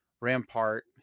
Rampart